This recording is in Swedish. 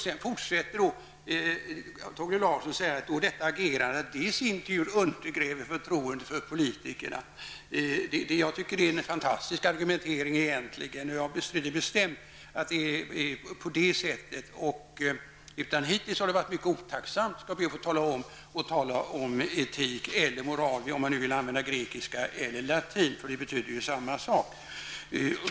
Sedan fortsätter Torgny Larsson och säger att detta agerande i sin tur undergräver förtroendet för politikerna. Det är egentligen en fantastisk argumentering. Jag bestrider bestämt att det är på det sättet. Jag skall be att få tala om att det hittills har varit mycket otacksamt att tala om etik eller moral, vilket man nu vill använda, grekiska eller latin -- det betyder ju samma sak.